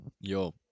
yo